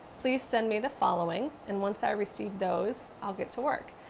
please send me the following and once i receive those i'll get to work.